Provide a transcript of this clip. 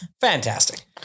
fantastic